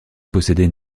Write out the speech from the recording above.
possédait